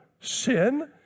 sin